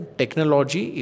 technology